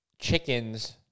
Chickens